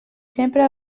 sempre